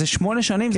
זה שמונה שנים.